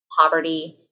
poverty